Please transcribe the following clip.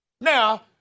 Now